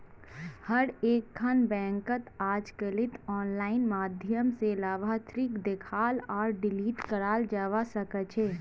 हर एकखन बैंकत अजकालित आनलाइन माध्यम स लाभार्थीक देखाल आर डिलीट कराल जाबा सकेछे